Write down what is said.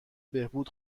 بهبود